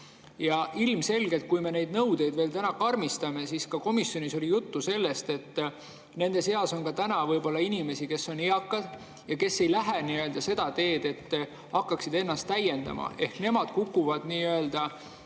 ja ilmselgelt, kui me neid nõudeid veel karmistame, ka komisjonis oli juttu sellest, et nende seas on võib-olla inimesi, kes on eakad ja kes ei lähe seda teed, et hakkaksid ennast täiendama – ehk nemad kukuvad nii-öelda